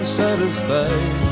satisfied